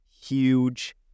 huge